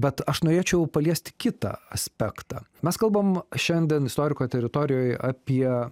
bet aš norėčiau paliest kitą aspektą mes kalbam šiandien istoriko teritorijoj apie